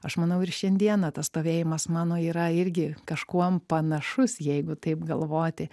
aš manau ir šiandieną tas stovėjimas mano yra irgi kažkuom panašus jeigu taip galvoti